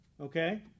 okay